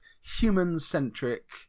human-centric